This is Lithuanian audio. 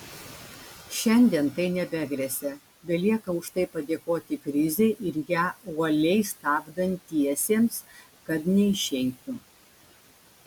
šiandien tai nebegresia belieka už tai padėkoti krizei ir ją uoliai stabdantiesiems kad neišeitų